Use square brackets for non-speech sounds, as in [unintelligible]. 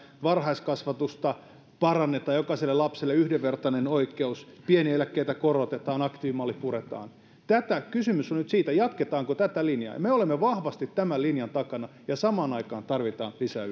varhaiskasvatusta parannetaan antamalla jokaiselle lapselle yhdenvertainen oikeus pieniä eläkkeitä korotetaan ja aktiivimalli puretaan kysymys on siitä jatketaanko tätä linjaa ja me olemme vahvasti tämän linjan takana samaan aikaan tarvitaan lisää [unintelligible]